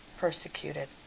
persecuted